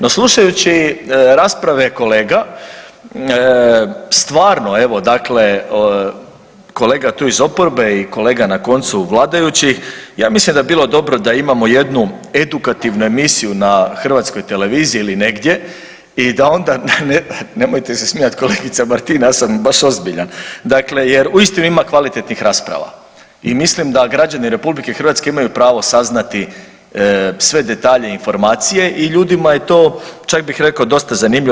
No, slušajući rasprave kolega stvarno evo dakle kolega tu iz oporbe i kolega na koncu vladajućih ja mislim da bi bilo dobro da imamo jednu edukativnu emisiju na hrvatskoj televiziji ili negdje i da onda, nemojte se smijati kolegica Martina ja sam baš ozbiljan, dakle jer uistinu ima kvalitetnih rasprava i mislim da građani RH imaju pravo saznati sve detalje, informacije i ljudima je to čak bih rekao dosta zanimljivo.